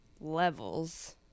levels